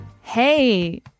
Hey